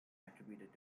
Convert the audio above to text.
attributed